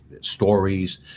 stories